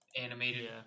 animated